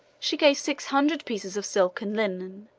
she gave six hundred pieces of silk and linen,